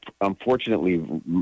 unfortunately